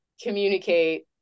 communicate